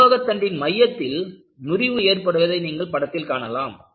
உலோகத் தண்டின் மையத்தில் முறிவு ஏற்படுவதை நீங்கள் படத்தில் காணலாம்